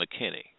McKinney